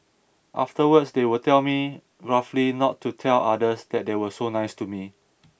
afterwards they would tell me gruffly not to tell others that they were so nice to me